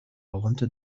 wanted